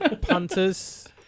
Punters